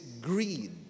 greed